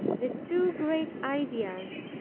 the two great ideas,